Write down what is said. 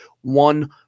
One